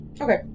Okay